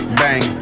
bang